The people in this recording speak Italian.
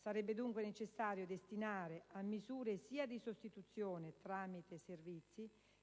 Sarebbe dunque necessario destinare a misure sia di sostituzione (tramite i servizi)